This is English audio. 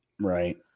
right